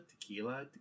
tequila